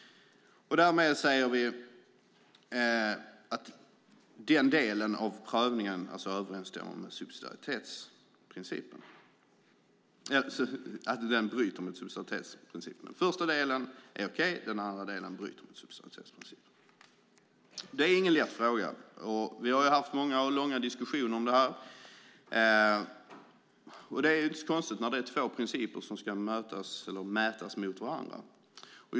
Därmed säger vi att den delen av prövningen bryter mot subsidiaritetsprincipen. Den första delen är okej. Den andra delen bryter mot subsidiaritetsprincipen. Det är ingen lätt fråga, och vi har haft många och långa diskussioner om den. Det är inte så konstigt när det är två principer som ska mötas, eller mätas mot varandra.